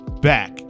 back